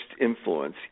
influence